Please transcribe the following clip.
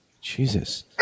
Jesus